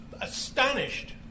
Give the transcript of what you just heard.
astonished